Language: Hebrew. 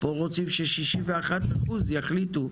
פה רוצים ש-61% יחליטו,